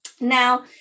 Now